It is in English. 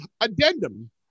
addendum